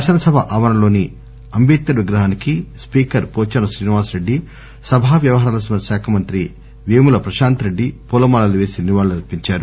శాసనసభ ఆవరణలోని అంటేడ్కర్ విగ్రహానికి స్పీకర్ పోచారం శ్రీనివాస్ రెడ్డి సభా వ్యవహారాల శాఖ మంత్రి వేముల ప్రశాంత్ రెడ్డి పూల మాలలు పేసి నివాళులు అర్పించారు